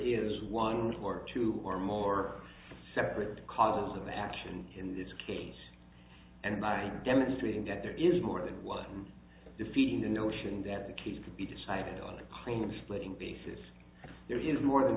is one or two or more separate causes of action in this case and by demonstrating that there is more than one defeating the notion that the case to be decided on a plane splitting basis there is more than